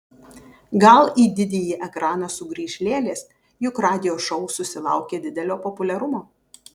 gal į didįjį ekraną sugrįš lėlės juk radio šou susilaukė didelio populiarumo